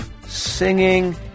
singing